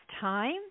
time